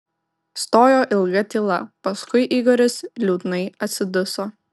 stojo ilga tyla paskui igoris liūdnai atsiduso